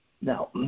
Now